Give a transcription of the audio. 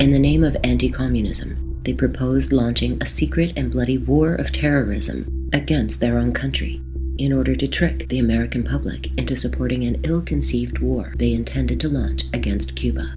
in the name of anticommunism the proposed launching a secret and bloody war of terrorism against their own country in order to trick the american public into supporting an ill conceived war they intended to night against cuba